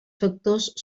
factors